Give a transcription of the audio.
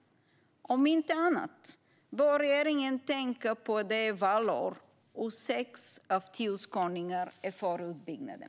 Om inte annat bör regeringen tänka på att det är valår och att sex av tio skåningar är för utbyggnaden.